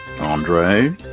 Andre